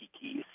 keys